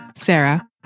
Sarah